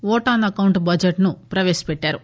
ఓటాస్ account బడ్జెట్ను ప్రవేశపెట్టారు